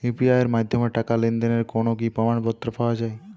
UPI এর মাধ্যমে টাকা লেনদেনের কোন কি প্রমাণপত্র পাওয়া য়ায়?